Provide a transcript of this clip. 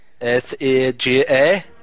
S-E-G-A